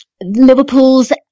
Liverpool's